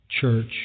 church